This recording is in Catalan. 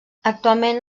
actualment